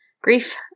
grief